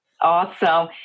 awesome